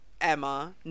Emma